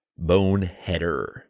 boneheader